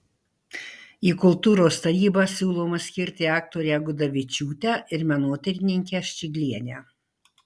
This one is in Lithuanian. į kultūros tarybą siūloma skirti aktorę gudavičiūtę ir menotyrininkę ščiglienę